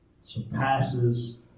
surpasses